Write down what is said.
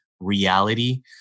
reality